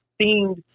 themed